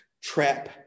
Trap